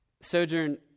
Sojourn